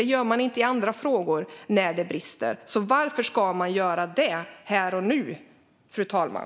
Det gör man ju inte i andra frågor när det brister. Varför skulle man då göra det här och nu, fru talman?